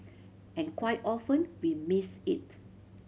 and quite often we missed it